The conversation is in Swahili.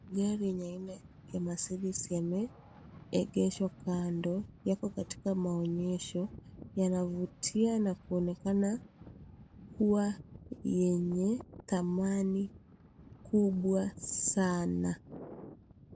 Gari yenye aina ya Mercedes yameegeshwa kando, yako katika maonyesho yanavutia na kuonekana kuwa yenye thamani kubwa sana.